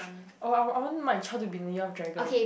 oh I want I want my child to be in the year of dragon